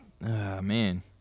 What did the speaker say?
man